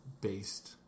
based